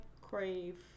crave